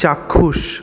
চাক্ষুষ